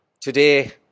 today